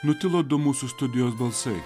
nutilo du mūsų studijos balsai